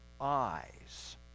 eyes